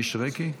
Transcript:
מישרקי?